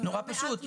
נורא פשוט,